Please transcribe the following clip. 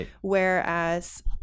Whereas